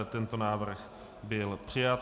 Tento návrh byl přijat.